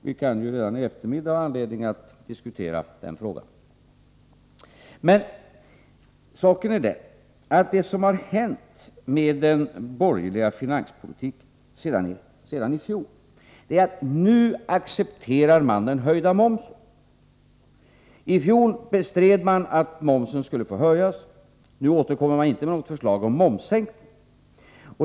Vi kan ju redan i eftermiddag ha anledning att diskutera den frågan. Men saken är den att det som har hänt med den borgerliga finanspolitiken sedan i fjol är att nu accepterar man den höjda momsen. I fjol bestred man att momsen skulle få höjas. Nu återkommer man inte med något förslag om momssänkning.